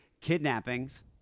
kidnappings